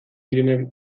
direnak